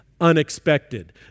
unexpected